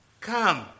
Come